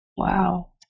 wow